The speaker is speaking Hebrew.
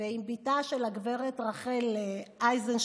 ועם בתה של גב' רחל אייזנשטדט,